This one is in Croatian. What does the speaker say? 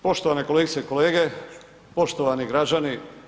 Poštovane kolegice i kolege, poštovani građani.